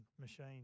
machine